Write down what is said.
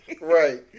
Right